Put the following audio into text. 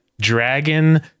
Dragon